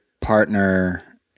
partner